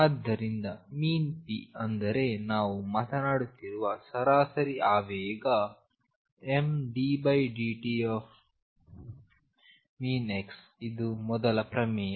ಆದ್ದರಿಂದ ⟨p⟩ ಅಂದರೆ ನಾವು ಮಾತನಾಡುತ್ತಿರುವ ಸರಾಸರಿ ಆವೇಗ mddt⟨x⟩ ಇದು ಮೊದಲ ಪ್ರಮೇಯ